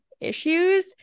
issues